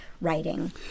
writing